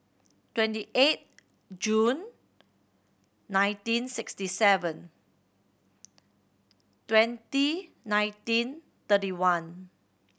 twenty eight June nineteen sixty seven twenty nineteen thirty one